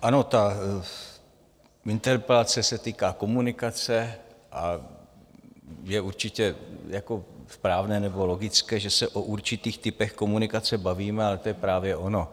Ano, ta interpelace se týká komunikace a je určitě správné nebo logické, že se o určitých typech komunikace bavíme, a to je právě ono.